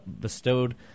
bestowed –